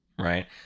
right